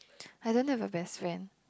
I don't know if we're best friend